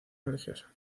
religiosa